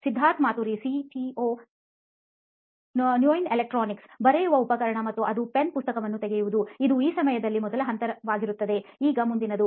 Siddharth Maturi CEO ನೋಯಿನ್ ಎಲೆಕ್ಟ್ರಾನಿಕ್ಸ್ಬರೆಯುವ ಉಪಕರಣ ಮತ್ತು ಅದು ಪೆನ್ನು ಪುಸ್ತಕವನ್ನು ತೆಗೆಯುವುದು ಇದು ಈ 'ಸಮಯದಲ್ಲಿ' ಮೊದಲ ಹಂತವಾಗಿರುತ್ತದೆ ಈಗ ಮುಂದಿನದು